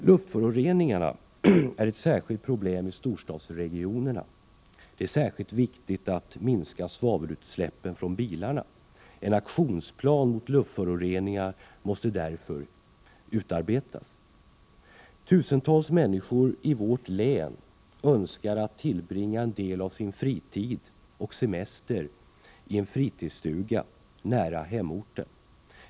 Luftföroreningarna är ett speciellt problem i storstadsregionerna. Det är särskilt viktigt att minska svavelutsläppen från bilarna. En aktionsplan mot luftföroreningar måste därför utarbetas. Tusentals människor i vårt län önskar tillbringa en del av sin fritid och semester i en fritidsstuga nära hemorten.